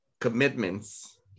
commitments